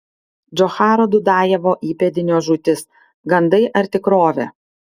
džocharo dudajevo įpėdinio žūtis gandai ar tikrovė